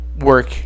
work